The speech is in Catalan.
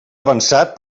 avançat